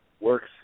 works